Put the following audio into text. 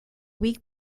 week